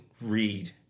read